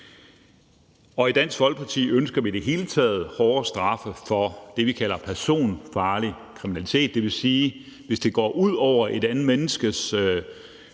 I Dansk Folkeparti ønsker vi i det hele taget hårde straffe for det, vi kalder personfarlig kriminalitet. Det vil sige, at hvis det går ud over et andet menneskes